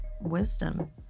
wisdom